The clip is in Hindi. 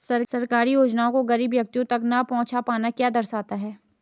सरकारी योजनाओं का गरीब व्यक्तियों तक न पहुँच पाना क्या दर्शाता है?